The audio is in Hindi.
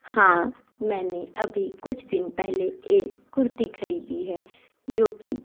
हाँ मैंने अभी कुछ दिन पहले एक कुर्ती खरीदी है जो कि